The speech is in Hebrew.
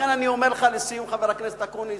לכן אני אומר לך, לסיום, חבר הכנסת אקוניס,